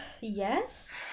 Yes